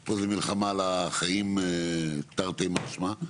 פה זה מחמאה על החיים תרתי משמע.